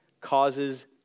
causes